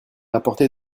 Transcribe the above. apporté